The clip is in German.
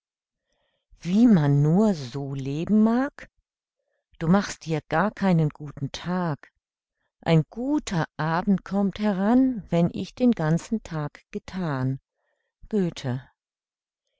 wie man nur so leben mag du machst dir gar keinen guten tag ein guter abend kommt heran wenn ich den ganzen tag gethan